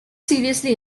seriously